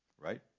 Right